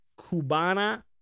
cubana